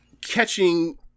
catching